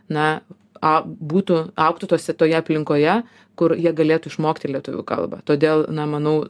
na a būtų augtų tosi toje aplinkoje kur jie galėtų išmokti lietuvių kalbą todėl na manau